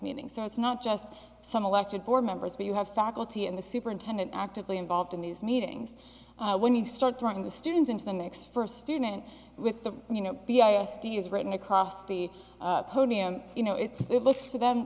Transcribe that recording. meetings so it's not just some elected board members but you have faculty and the superintendent actively involved in these meetings when you start throwing the students into the mix first student with the you know b s d is written across the podium you know it looks to them